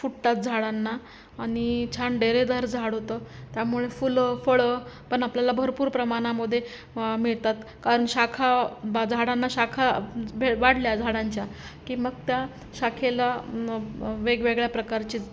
फुटतात झाडांना आणि छान डेरेदर झाड होतं त्यामुळे फुलं फळं पण आपल्याला भरपूर प्रमाणामध्ये मिळतात कारण शाखा बा झाडांना शाखा भे वाढल्या झाडांच्या की मग त्या शाखेला वेगवेगळ्या प्रकारची